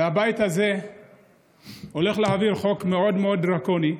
הבית הזה הולך להעביר חוק מאוד מאוד דרקוני,